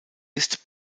ist